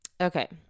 okay